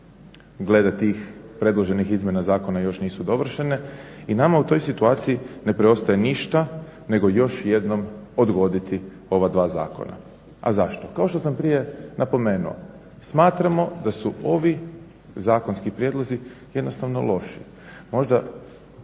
glede tih predloženih izmjena zakona još nisu dovršene i nama u toj situaciji ne preostaje ništa nego još jednom odgoditi ova dva zakona. A zašto? Kao što sam prije napomenuo smatramo da su ovi zakonski prijedlozi jednostavno loši. Možda